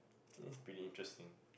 eh pretty interesting